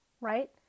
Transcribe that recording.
right